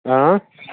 آں